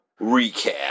recap